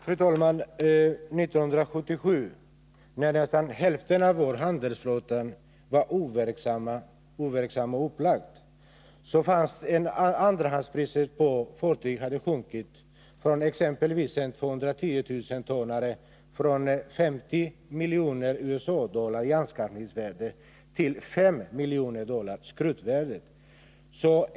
Fru talman! 1977, när nästan hälften av vår handelsflotta var overksam och upplagd, hade andrahandspriserna på fartyg sjunkit exempelvis för en 210 000-tonnare från 50 milj. USA-dollar i anskaffningsvärde till 5 milj. dollar i skrotvärde.